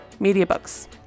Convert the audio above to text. Mediabooks